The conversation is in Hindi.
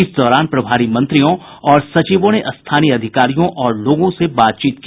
इस दौरान प्रभारी मंत्रियों और सचिवों ने स्थानीय अधिकारियों और लोगों से बातचीत की